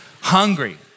hungry